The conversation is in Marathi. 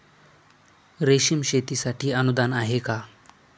रेशीम शेतीसाठी अनुदान आहे का?